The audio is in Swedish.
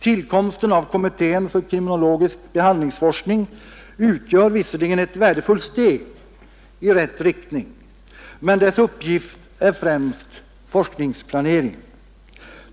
Tillkomsten av kommittén för kriminologisk behandlingsforskning utgör visserligen ett värdefullt steg i rätt riktning, men kommitténs uppgift är främst forskningsplanering.